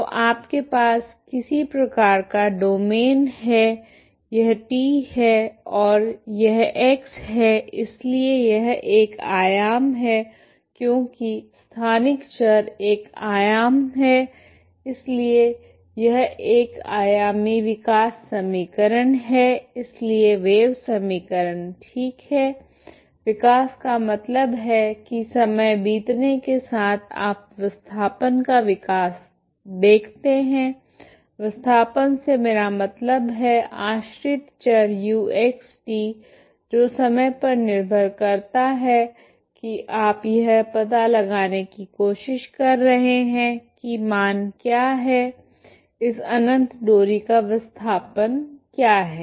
तो आपके पास किसी प्रकार का डोमैन है यह t है और यह x है इसलिए यह एक आयाम है क्योंकि स्थानिक चर एक आयाम है इसलिए यह एक आयामी विकास समीकरण है इसलिए वेव समीकरण ठीक है विकास का मतलब है कि समय बीतने के साथ आप विस्थापन का विकास को देखते हैं विस्थापन से मेरा मतलब है आश्रित चर ux t जो समय पर निर्भर करता है कि आप यह पता लगाने की कोशिश कर रहे हैं कि मान क्या है इस अनंत डोरी का विस्थापन क्या है